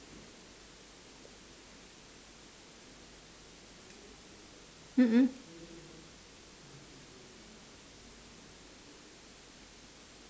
mm mm